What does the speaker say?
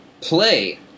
play